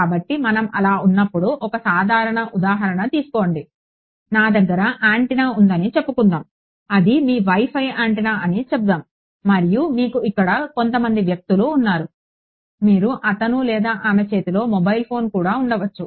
కాబట్టి మనం అలా ఉన్నప్పుడు ఒక సాధారణ ఉదాహరణ తీసుకోండి నా దగ్గర యాంటెన్నా ఉంది అని చెప్పుకుందాం అది మీ వైఫై యాంటెన్నా అని చెప్పుకుందాం మరియు మీకు ఇక్కడ కొంతమంది వ్యక్తులు ఉన్నారు మీరు అతని లేదా ఆమె చేతిలో మొబైల్ ఫోన్ కూడా ఉండవచ్చు